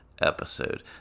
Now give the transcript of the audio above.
Episode